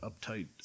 uptight